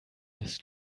des